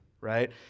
right